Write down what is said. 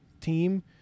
team